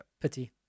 Pity